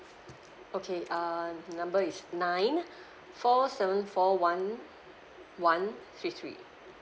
okay err number is nine four seven four one one three three